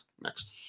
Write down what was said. Next